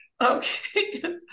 Okay